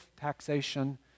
taxation